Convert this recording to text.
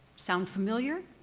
sound familiar?